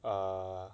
err